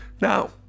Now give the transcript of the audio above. Now